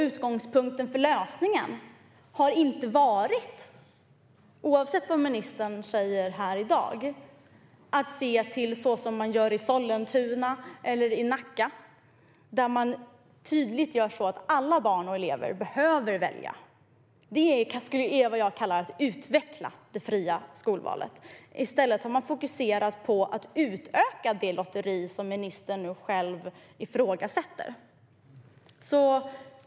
Utgångspunkten för lösningen har inte, oavsett vad ministern säger här i dag, varit att man ska göra som i Sollentuna eller Nacka, där man är tydlig med att alla barn och elever behöver välja. Det är vad jag skulle kalla att utveckla det fria skolvalet. Men i stället har man fokuserat på att utöka det lotteri som ministern nu själv ifrågasätter.